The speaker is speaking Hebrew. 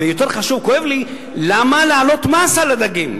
ויותר חשוב, כואב לי, למה להעלות מס על הדגים?